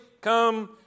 come